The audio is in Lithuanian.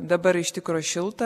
dabar iš tikro šilta